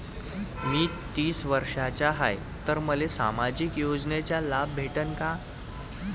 मी तीस वर्षाचा हाय तर मले सामाजिक योजनेचा लाभ भेटन का?